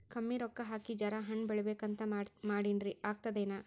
ಕಮ್ಮಿ ರೊಕ್ಕ ಹಾಕಿ ಜರಾ ಹಣ್ ಬೆಳಿಬೇಕಂತ ಮಾಡಿನ್ರಿ, ಆಗ್ತದೇನ?